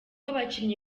abakinnyi